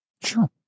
Sure